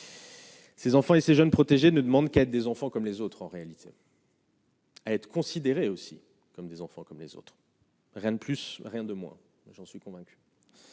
Ses enfants et ses jeunes protégés ne demande qu'à être des enfants comme les autres en réalité. être considéré aussi comme des enfants comme les autres, rien de plus, rien de moins, j'en suis convaincu.